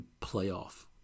playoff